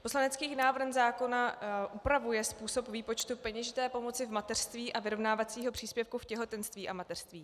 Poslanecký návrh zákona upravuje způsob výpočtu peněžité pomoci v mateřství a vyrovnávacího příspěvku v těhotenství a mateřství.